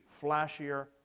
flashier